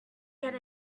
get